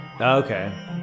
Okay